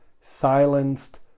silenced